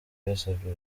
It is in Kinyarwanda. yasabye